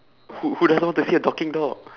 who who doesn't want to see a talking dog